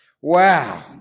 Wow